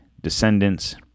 descendants